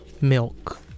Milk